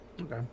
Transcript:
Okay